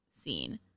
scene